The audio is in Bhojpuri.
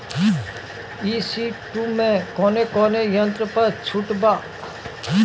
ई.सी टू मै कौने कौने यंत्र पर छुट बा?